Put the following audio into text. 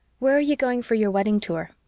where are you going for your wedding tour?